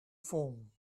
phone